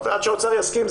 עד שהאוצר יסכים,